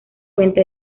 fuente